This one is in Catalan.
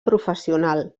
professional